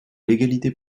l’égalité